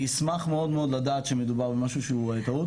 אני אשמח מאוד לדעת שמדובר במשהו שהוא טעות.